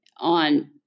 on